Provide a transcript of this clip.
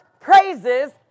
praises